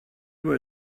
were